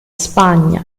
spagna